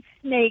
snake